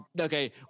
okay